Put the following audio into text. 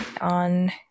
on